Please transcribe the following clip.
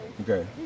Okay